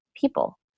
people